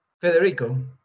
federico